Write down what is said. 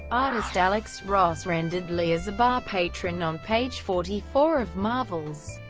artist alex ross rendered lee as a bar patron on page forty four of marvels.